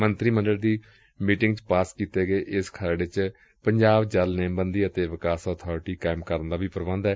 ਮੰਤਰੀ ਮੰਡਲ ਦੀ ਮੀਟਿੰਗ ਵਿਚ ਪਾਸ ਕੀਤੇ ਗਏ ਇਸ ਖਰੜੇ ਚ ਪੰਜਾਬ ਜਲ ਨੇਮਬੰਦੀ ਤੇ ਵਿਕਾਸ ਅਥਾਰਟੀ ਕਾਇਮ ਕਰਨ ਦਾ ਪੁਬੰਧ ਵੀ ਏ